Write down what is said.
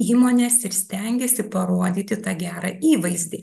įmonės ir stengiasi parodyti tą gerą įvaizdį